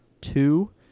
two